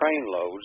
trainloads